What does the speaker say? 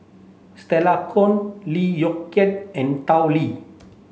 Stella Kon Lee Yong Kiat and Tao Li